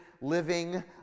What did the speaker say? living